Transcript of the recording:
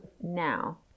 now